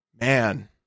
Man